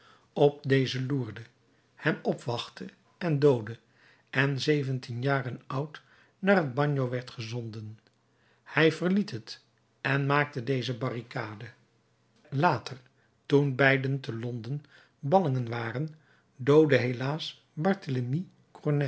op dezen loerde hem opwachtte en doodde en zeventien jaren oud naar het bagno werd gezonden hij verliet het en maakte deze barricade later toen beiden te londen ballingen waren doodde helaas